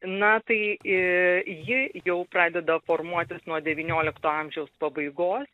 na tai ji jau pradeda formuotis nuo devyniolikto amžiaus pabaigos